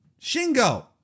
Shingo